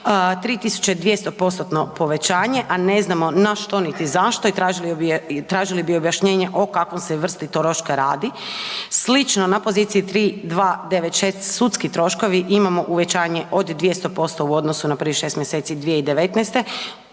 3200%-tno povećanje, a ne znamo na što, niti za što i tražili bi objašnjenje o kakvoj se vrsti troška radi. Slično na poziciji 3296 sudski troškovi imamo uvećanje od 200% u odnosu na prvih 6. mjeseci 2019.,